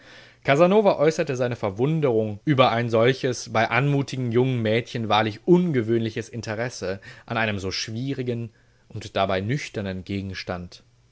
casanova äußerte seine verwunderung über ein solches bei anmutigen jungen mädchen wahrlich ungewöhnliches interesse an einem so schwierigen und dabei nüchternen gegenstand